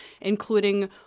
including